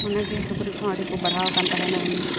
ᱚᱱᱟᱜᱮ ᱥᱩᱠᱨᱤ ᱠᱚᱦᱚᱸ ᱟᱹᱰᱤ ᱠᱚ ᱵᱟᱲᱦᱟᱣ ᱟᱠᱟᱱ ᱛᱟᱦᱮᱱᱟ ᱦᱩᱱᱟᱹᱝ